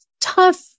tough